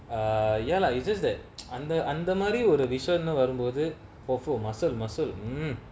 err ya lah it's just that அந்த அந்தமாரி ஒரு விசயோனு வரும்போது:antha anthamaari oru visayonu varumpothu of oh muscle muscle mm